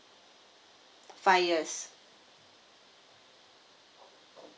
five years